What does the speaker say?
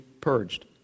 purged